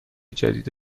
جدید